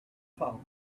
phone